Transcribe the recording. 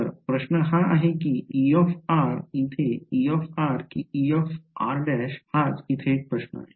तर प्रश्न हा आहे कि E इथे E कि Er हाच इथे एक प्रश्न आहे